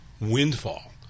windfall